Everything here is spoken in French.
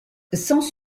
sans